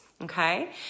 okay